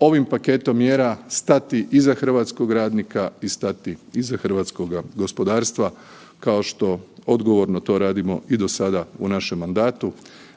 ovim paketom mjera stati iza hrvatskog radnika i stati iza hrvatskoga gospodarstva kao što odgovorno to radimo i do sada u našem mandatu